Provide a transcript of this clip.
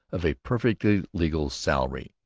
of a perfectly legal salary.